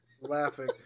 laughing